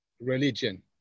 religion